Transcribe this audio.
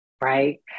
Right